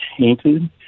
tainted